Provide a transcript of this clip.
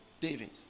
David